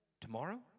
Tomorrow